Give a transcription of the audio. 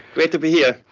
great to be here,